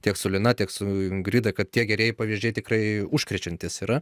tiek su lina tiek su ingrida kad tie gerieji pavyzdžiai tikrai užkrečiantis yra